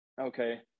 okay